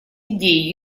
идеи